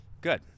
Good